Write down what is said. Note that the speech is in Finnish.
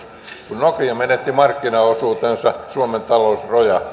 kun nokia menetti markkinaosuutensa suomen talous rojahti